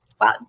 wow